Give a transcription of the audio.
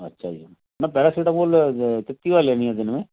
अच्छा जी ना पैरासिटामोल कितनी बार लेनी है दिन में